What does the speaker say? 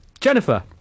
Jennifer